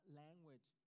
language